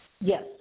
Yes